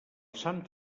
sant